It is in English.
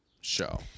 show